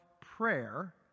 prayer